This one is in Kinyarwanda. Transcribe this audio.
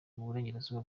burengerazuba